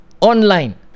Online